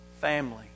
family